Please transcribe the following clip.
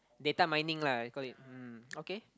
data mining lah I call it mm okay